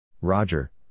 Roger